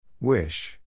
Wish